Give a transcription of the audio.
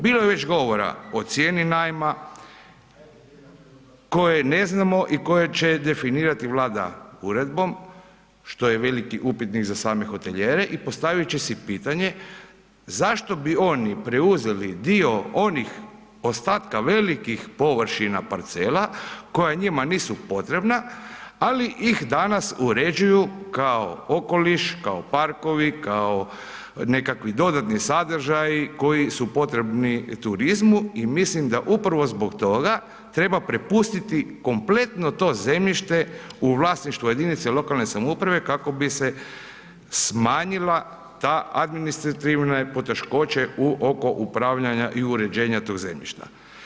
Bilo je već govora o cijeni najma koje ne znamo i koje će definirati Vlada uredbom, što je veliki upitnik za same hotelijere i postavit će si pitanje zašto bi oni preuzeli dio onih ostatka velikih površina parcela koja njima nisu potrebna, ali ih danas uređuju kao okoliš, kao parkovi, kao nekakvi dodatni sadržaji koji su potrebni turizmu i mislim da upravo zbog toga treba prepustiti kompletno to zemljište u vlasništvo jedinice lokalne samouprave kako bi se smanjila ta administrativne poteškoće oko upravljanja i uređenja tog zemljišta.